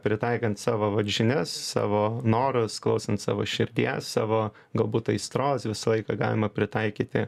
pritaikant savo vat žinias savo norus klausant savo širdies savo galbūt aistros visą laiką galima pritaikyti